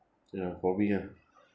ya for me lah